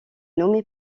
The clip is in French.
nommé